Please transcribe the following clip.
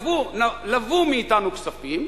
לוו מאתנו כספים,